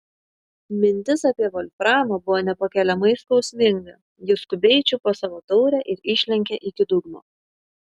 mintis apie volframą buvo nepakeliamai skausminga ji skubiai čiupo savo taurę ir išlenkė iki dugno